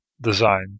design